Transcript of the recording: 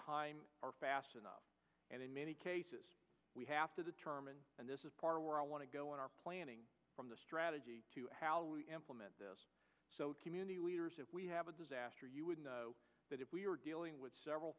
time are fast enough and in many cases we have to determine and this is part of where i want to go in our planning from the strategy to employment this community leaders if we have a disaster you would know that if we were dealing with several